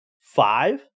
Five